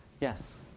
Yes